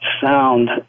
sound